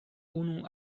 unu